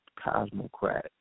Cosmocrat